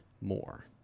more